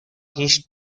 هیچ